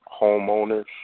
homeowners